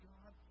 God